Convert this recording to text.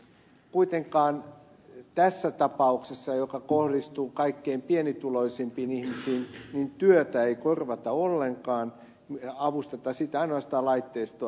kuitenkaan tässä tapauksessa joka kohdistuu kaikkein pienituloisimpiin ihmisiin työtä ei korvata ollenkaan ei avusteta sitä ainoastaan laitteistoa